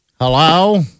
Hello